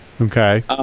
Okay